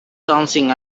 something